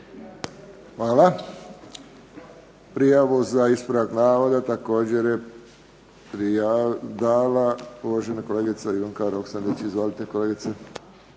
Hvala. Prijavu za ispravak navoda također je dala uvažena kolegica Ivanka Roksandić. Izvolite kolegice.